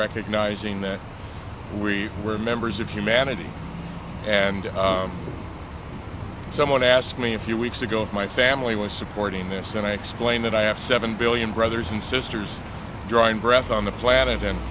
recognizing that we were members of humanity and someone asked me a few weeks ago if my family was supporting this and i explained that i have seven billion brothers and sisters drawing breath on the planet and